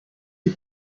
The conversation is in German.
die